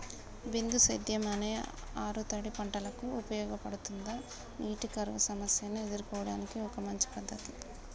బిందు సేద్యం అనేది ఆరుతడి పంటలకు ఉపయోగపడుతుందా నీటి కరువు సమస్యను ఎదుర్కోవడానికి ఒక మంచి పద్ధతి?